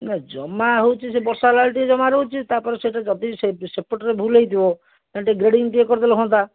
ନା ଜମା ହେଉଛି ସେ ବର୍ଷା ହେଲାବେଳକୁ ଟିକିଏ ଜମା ରହୁଛି ତାପରେ ସେଇଟା ଯଦି ସେପଟରେ ଭୁଲ୍ ହେଇଥିବ ତାହାଲେ ଗ୍ରେଡ଼ିଙ୍ଗ ଟିକିଏ କରିଦେଲେ ହୁଅନ୍ତା